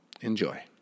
Enjoy